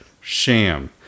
sham